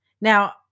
Now